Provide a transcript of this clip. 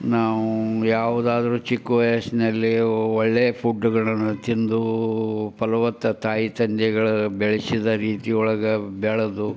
ನಾವು ಯಾವುದಾದ್ರೂ ಚಿಕ್ಕ ವಯಸ್ಸಿನಲ್ಲಿ ಒಳ್ಳೆಯ ಫುಡ್ಗಳನ್ನು ತಿಂದು ಫಲವತ್ತ ತಾಯಿ ತಂದೆಗಳ ಬೆಳೆಸಿದ ರೀತಿ ಒಳಗೆ ಬೆಳದು